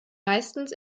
meistens